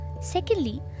Secondly